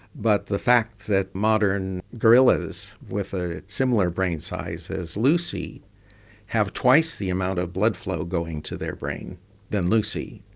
but the fact that modern gorillas with a similar brain size as lucy have twice the amount of blood flow going into their brain than lucy.